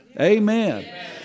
Amen